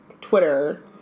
Twitter